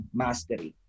mastery